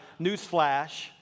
newsflash